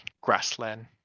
grassland